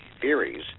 theories